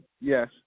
Yes